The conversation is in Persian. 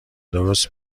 درست